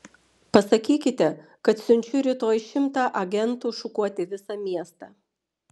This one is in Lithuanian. pasakykite kad siunčiu rytoj šimtą agentų šukuoti visą miestą